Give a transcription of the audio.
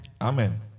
Amen